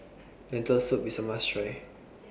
Lentil Soup IS A must Try